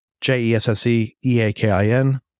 J-E-S-S-E-E-A-K-I-N